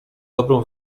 dobrą